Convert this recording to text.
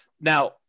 Now